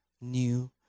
new